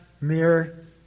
mere